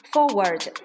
Forward